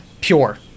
pure